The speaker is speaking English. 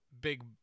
big